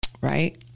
Right